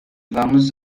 vamos